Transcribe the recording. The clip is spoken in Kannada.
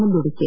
ಮುಂದೂಡಿಕೆ